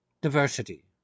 diversity